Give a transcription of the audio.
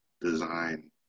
design